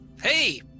hey